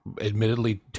admittedly